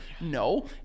No